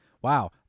Wow